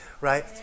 right